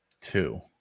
Two